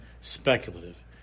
speculative